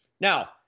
Now